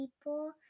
people